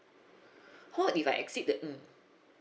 what if I exceed the mm